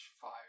fire